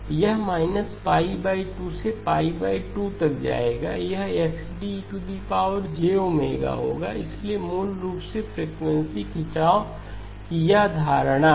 यह 2 से π 2 तक जाएगा यह X D होगा इसलिए मूल रूप फ्रिकवेंसी में खिंचाव की यह धारणा है